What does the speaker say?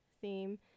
theme